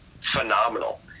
phenomenal